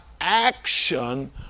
action